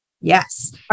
Yes